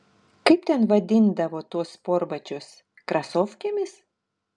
kaip ten vadindavo tuos sportbačius krasofkėmis